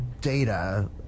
data